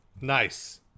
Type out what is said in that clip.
Nice